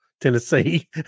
Tennessee